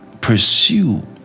pursue